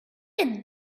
did